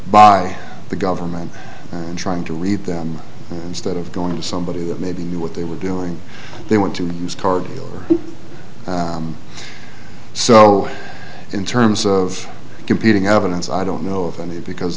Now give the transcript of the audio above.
by the government in trying to read them instead of going to somebody that maybe knew what they were doing they want to use car dealers so in terms of competing evidence i don't know of any because